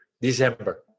December